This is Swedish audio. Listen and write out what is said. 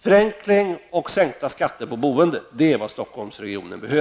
Förenkling och sänkta skatter på boendet är vad Stockholmsregionen behöver.